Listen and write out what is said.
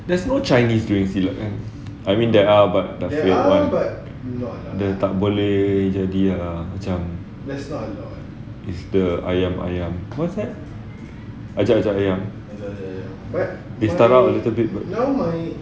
there's no chinese doing silat kan I mean there are but dia tak boleh jadi ah macam it's the ayam-ayam what's that ajak-ajak ayam they stuck up a little bit